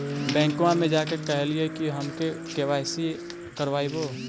बैंकवा मे जा के कहलिऐ कि हम के.वाई.सी करईवो?